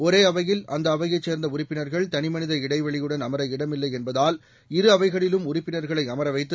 ஒரே அவையில் அந்த அவையைச் சேர்ந்த உறுப்பினர்கள் தனிமனித இடைவெளியுடன் அமர இடமில்லை என்பதால் இருஅவைகளிலும் உறுப்பினர்களை அமர வைத்து